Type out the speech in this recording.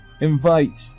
Invite